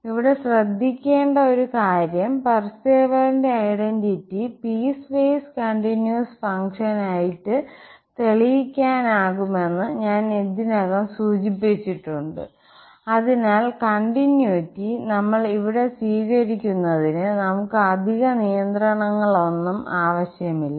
ഇവിടെ ശ്രദ്ധിക്കേണ്ട ഒരു കാര്യം പാർസെവലിന്റെ ഐഡന്റിറ്റി പീസ്വേസ് കണ്ടിന്യൂസ് ഫംഗ്ഷനായിട്ട് തെളിയിക്കാനാകുമെന്ന് ഞാൻ ഇതിനകം സൂചിപ്പിച്ചിട്ടുണ്ട്അതിനാൽ കണ്ടിന്യൂറ്റി നമ്മൾ ഇവിടെ സ്വീകരിക്കുന്നതിന് നമുക്ക് അധിക നിയന്ത്രണങ്ങളൊന്നും ആവശ്യമില്ല